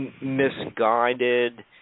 Misguided